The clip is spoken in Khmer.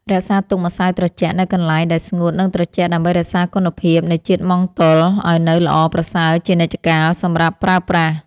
រក្សាទុកម្សៅត្រជាក់នៅកន្លែងដែលស្ងួតនិងត្រជាក់ដើម្បីរក្សាគុណភាពនៃជាតិម៉ង់តុលឱ្យនៅល្អប្រសើរជានិច្ចកាលសម្រាប់ប្រើប្រាស់។